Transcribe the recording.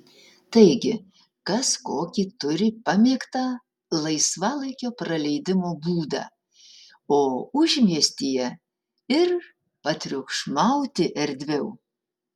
taigi kas kokį turi pamėgtą laisvalaikio praleidimo būdą o užmiestyje ir patriukšmauti erdviau